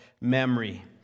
memory